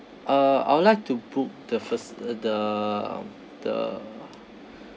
uh I would like to book the first the the